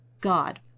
God